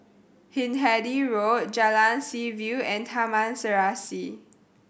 Hindhede Road Jalan Seaview and Taman Serasi